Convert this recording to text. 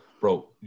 bro